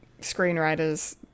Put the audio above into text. screenwriters